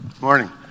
Morning